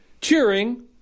cheering